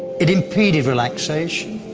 it impeded relaxation,